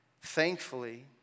Thankfully